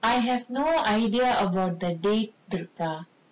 I have no idea about that date date ah